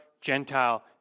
Gentile